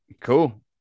cool